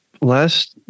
Last